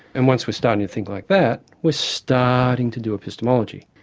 and once we're starting to think like that, we're starting to do epistemology.